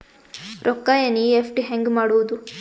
ರೊಕ್ಕ ಎನ್.ಇ.ಎಫ್.ಟಿ ಹ್ಯಾಂಗ್ ಮಾಡುವುದು?